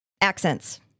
Accents